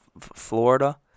Florida